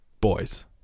boys